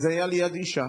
היה ליד אשה.